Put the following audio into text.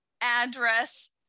address